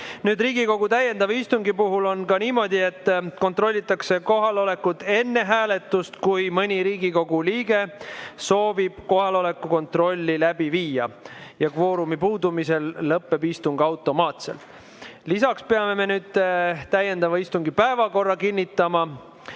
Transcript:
Riigikogu täiendava istungi puhul on niimoodi, et kontrollitakse kohalolekut enne hääletust, kui mõni Riigikogu liige soovib kohaloleku kontrolli läbi viia. Kvoorumi puudumisel lõpeb istung automaatselt. Lisaks peame me nüüd täiendava istungi päevakorra kinnitama.